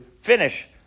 finish